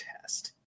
test